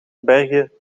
bergen